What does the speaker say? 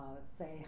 say